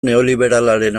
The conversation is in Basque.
neoliberalaren